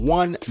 one